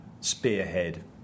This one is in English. spearhead